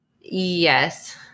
Yes